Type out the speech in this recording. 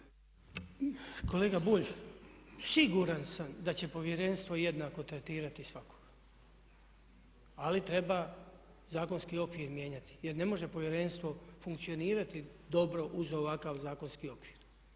Kolega Bulj, siguran sam da će Povjerenstvo jednako tretirati svakoga ali treba zakonski okvir mijenjati jer ne može Povjerenstvo funkcionirati dobro uz ovakav zakonski okvir.